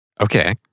Okay